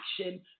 action